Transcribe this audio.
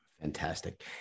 Fantastic